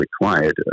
required